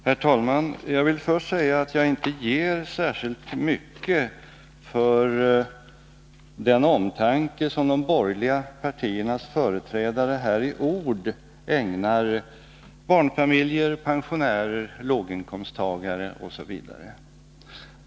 Herr talman! Jag vill först säga att jag inte ger särskilt mycket för den omtanke som de borgerliga partiernas företrädare här i ord ägnar barnfamiljer, pensionärer, låginkomsttagare osv.